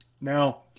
now